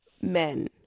men